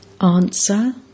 Answer